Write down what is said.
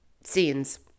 scenes